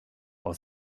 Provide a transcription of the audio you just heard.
aus